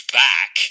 back